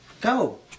Go